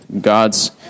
God's